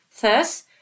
Thus